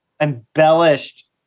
embellished